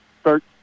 start